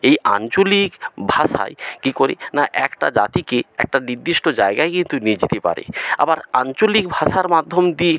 এই আঞ্চলিক ভাষায় কী করি না একটা জাতিকে একটা নিদ্দিষ্ট জায়গায় কিন্তু নিয়ে যেতে পারে আবার আঞ্চলিক ভাষার মাধ্যম দিয়েই